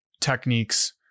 techniques